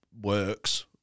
works